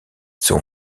son